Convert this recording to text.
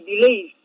delays